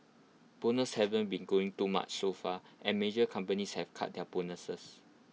bonuses haven't been growing too much so far and major companies have cut their bonuses